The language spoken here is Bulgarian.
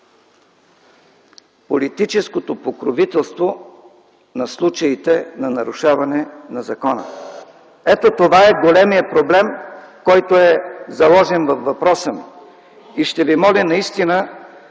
политическото покровителство на случаите на нарушаване на закона. Това е големият проблем, който е заложен във въпроса ми. Ще Ви моля, ако наистина